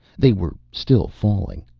they were still falling.